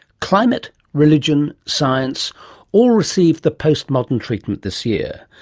climate, religion, science all received the post-modern treatment this year,